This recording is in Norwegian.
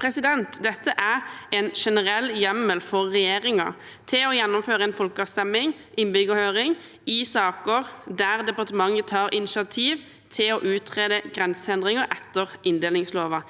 Dette er en generell hjemmel for regjeringen til å gjennomføre en folkeavstemning/innbyggerhøring i saker der departementet tar initiativ til å utrede grenseendringer etter inndelingsloven.